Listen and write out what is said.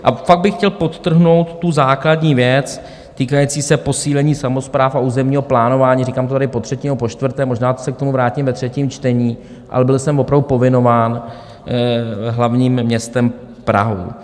A pak bych chtěl podtrhnout tu základní věc týkající se posílení samospráv a územního plánování, říkám to tady potřetí nebo počtvrté, možná se k tomu vrátím ve třetím čtení, ale byl jsem opravdu povinován hlavním městem Prahou.